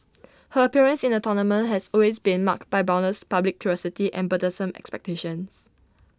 her appearance in the tournament has always been marked by boundless public curiosity and burdensome expectations